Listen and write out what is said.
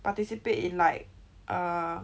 participate in like err